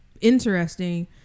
interesting